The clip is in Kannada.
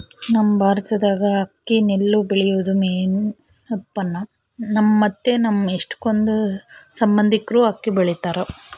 ನಮ್ ಭಾರತ್ದಾಗ ಅಕ್ಕಿ ನೆಲ್ಲು ಬೆಳ್ಯೇದು ಮೇನ್ ಉತ್ಪನ್ನ, ನಮ್ಮ ಮತ್ತೆ ನಮ್ ಎಷ್ಟಕೊಂದ್ ಸಂಬಂದಿಕ್ರು ಅಕ್ಕಿ ಬೆಳಿತಾರ